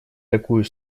такую